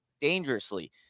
dangerously